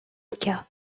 cas